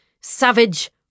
Savage